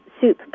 soup